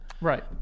Right